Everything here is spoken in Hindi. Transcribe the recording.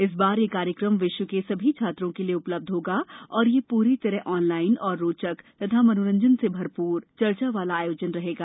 इस बार यह कार्यक्रम विश्व के सभी छात्रों के लिए उ लब्ध होगा और यह प्री तरह ऑनलाइन और रोचक और मनोरंजन से भरप्र चर्चा वाला आयोजन रहेगा